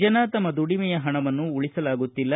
ಜನ ತಮ್ಮ ದುಡಿಮೆಯ ಹಣವನ್ನು ಉಳಿಸಲಾಗುತ್ತಿಲ್ಲ